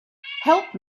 help